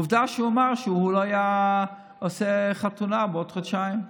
עובדה שהוא אמר שהוא לא היה עושה חתונה בעוד חודשיים,